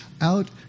out